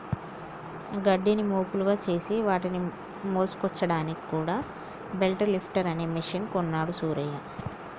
గడ్డిని మోపులుగా చేసి వాటిని మోసుకొచ్చాడానికి కూడా బెల్ లిఫ్టర్ అనే మెషిన్ కొన్నాడు సూరయ్య